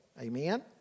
Amen